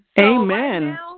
Amen